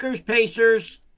Pacers